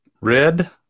Red